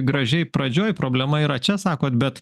gražiai pradžioj problema yra čia sakot bet